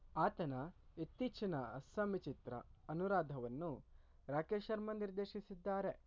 ಆತನ ಇತ್ತೀಚಿನ ಅಸ್ಸಾಮಿ ಚಿತ್ರ ಅನುರಾಧವನ್ನು ರಾಕೇಶ್ ಶರ್ಮಾ ನಿರ್ದೇಶಿಸಿದ್ದಾರೆ